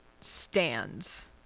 stands